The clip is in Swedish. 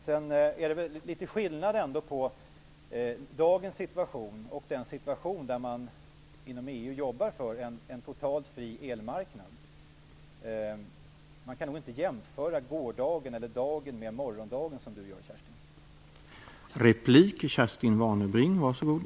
Det är väl vidare ändå litet skillnad mellan dagens situation och den som man inom EU jobbar för, dvs. en totalt fri elmarknad. Man kan nog inte jämföra gårdagen eller dagen med morgondagen så som Kerstin Warnerbring gör.